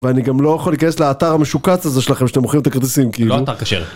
ואני גם לא יכול להיכנס לאתר המשוקץ הזה שלכם, שאתם מוכרים את הכרטיסים, כאילו. לא אתר כשר.